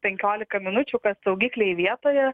penkiolika minučių kad saugikliai vietoje